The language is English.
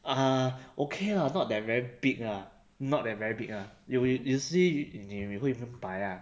uh okay lah not that very big ah not that very big ah if you you see 你会明白 ah